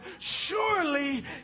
surely